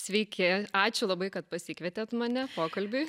sveiki ačiū labai kad pasikvietėt mane pokalbiui